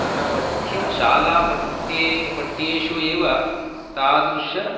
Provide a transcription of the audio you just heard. तत्र पठ्य शाला पठ्ये पठ्येषु एव तादृश